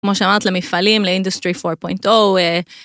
כמו שאמרת למפעלים ל-industry 4.0